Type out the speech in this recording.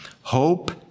hope